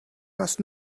must